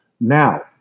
Now